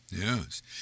Yes